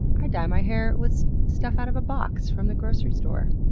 i dye my hair with stuff out of a box from the grocery store.